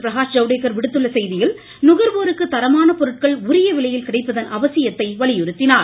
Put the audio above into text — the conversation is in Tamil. பிரகாஷ் ஜவ்தேக்கர் விடுத்துள்ள செய்தியில் நுகர்வோருக்கு தரமான பொருட்கள் உரிய விலையில் கிடைப்பதன் அவசியத்தை வலியுறுத்தினார்